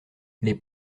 les